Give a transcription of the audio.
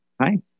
hi